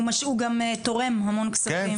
הוא גם תורם המון כספים.